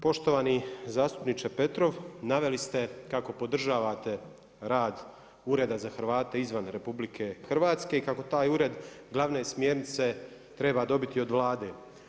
Poštovani zastupniče Petrov, naveli ste kako podržavate rad ureda za Hrvate izvan RH i kako taj ured glavne smjernice treba dobiti od Vlade.